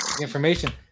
information